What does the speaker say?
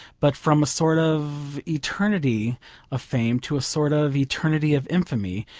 but from a sort of eternity of fame to a sort of eternity of infamy,